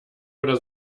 oder